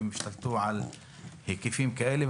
אי אפשר שהם ישתלטו על היקפים כאלה,